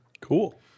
Cool